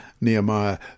Nehemiah